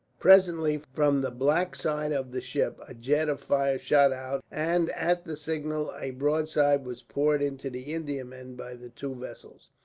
presently, from the black side of the ship, a jet of fire shot out and at the signal a broadside was poured into the indiaman by the two vessels.